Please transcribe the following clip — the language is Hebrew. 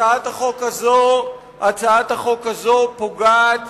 הצעת החוק הזאת פוגעת